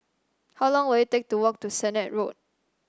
how long will it take to walk to Sennett Road